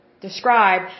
describe